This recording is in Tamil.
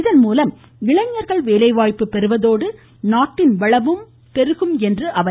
இதன் மூலம் இளைஞர்கள் வேலைவாய்ப்பு பெறுவதோடு நாட்டின் வளம் பெருகும் என்றார்